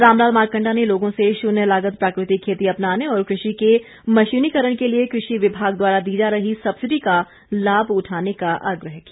रामलाल मारकंडा ने लोगों से शून्य लागत प्राकृतिक खेती अपनाने और कृषि के मशीनीकरण के लिए कृषि विभाग द्वारा दी जा रही सब्सिडी का लाभ उठाने का आग्रह भी किया